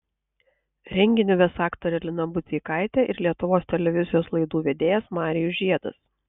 renginį ves aktorė lina budzeikaitė ir lietuvos televizijos laidų vedėjas marijus žiedas